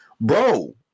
bro